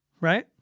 Right